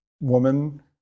woman